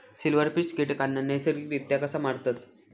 Silverfish कीटकांना नैसर्गिकरित्या कसा मारतत?